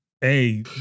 Hey